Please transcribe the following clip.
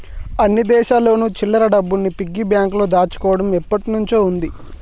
అన్ని దేశాల్లోను చిల్లర డబ్బుల్ని పిగ్గీ బ్యాంకులో దాచుకోవడం ఎప్పటినుంచో ఉంది